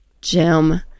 Jim